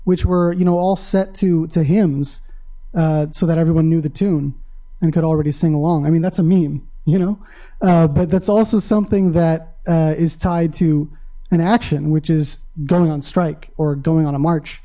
which were you know all set to two hymns so that everyone knew the tune and could already sing along i mean that's a meme you know but that's also something that is tied to an action which is going on strike or going on a march